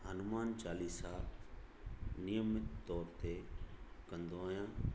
हमानुन चालीसा नियमित तौर ते कंदो आहियां